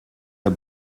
der